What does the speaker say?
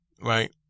Right